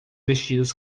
vestidos